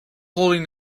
holding